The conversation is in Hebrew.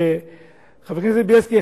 חבר הכנסת בילסקי,